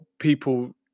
people